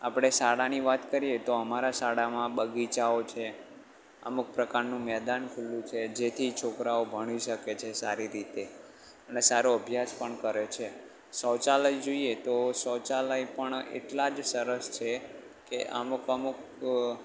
આપણે શાળાની વાત કરીએ તો અમારાં શાળામાં બગીચાઓ છે અમુક પ્રકારનું મેદાન ખૂલ્લું છે જેથી છોકરાઓ ભણી શકે છે સારી રીતે અને સારો અભ્યાસ પણ કરે છે શૌચાલય જોઈએ તો શૌચાલય પણ એટલાં જ સરસ છે કે અમુક અમુક